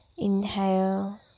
Inhale